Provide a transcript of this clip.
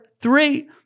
three